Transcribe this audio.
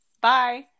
Bye